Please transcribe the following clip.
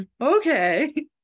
Okay